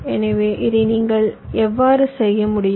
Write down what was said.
எனவே இதை நீங்கள் எவ்வாறு செய்ய முடியும்